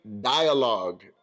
dialogue